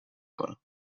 کنم